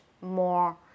more